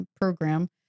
program